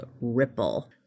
Ripple